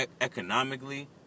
economically